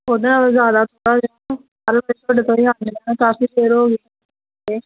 ਉਹਦੇ ਨਾਲੋਂ ਜ਼ਿਆਦਾ